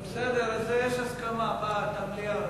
בסדר, אז יש הסכמה למליאה.